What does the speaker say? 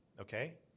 okay